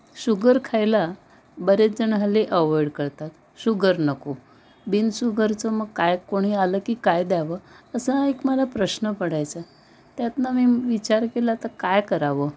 sugar खायला बरेचजण हल्ली अवॉइड करतात शुगर नको बिन सुगरचं मग काय कोणी आलं की काय द्यावं असा एक मला प्रश्न पडायचा त्यातनं मी विचार केला आता काय करावं